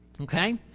okay